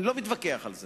אך עם זאת,